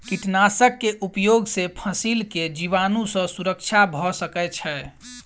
कीटनाशक के उपयोग से फसील के जीवाणु सॅ सुरक्षा भअ सकै छै